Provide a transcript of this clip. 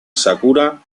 sakura